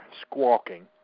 squawking